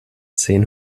zehn